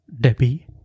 Debbie